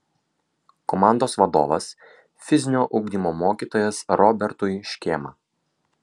komandos vadovas fizinio ugdymo mokytojas robertui škėma